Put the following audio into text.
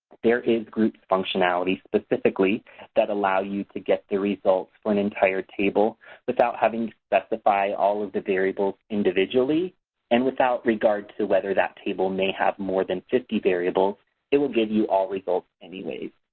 there is group functionality specifically that allows you to get the results for an entire table without having to specify all of the variables individually and without regard to whether that table may have more than fifty variables it will give you all results anyways.